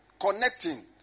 Connecting